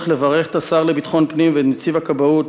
צריך לברך את השר לביטחון פנים ואת נציב הכבאות,